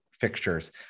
fixtures